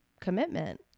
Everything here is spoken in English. commitment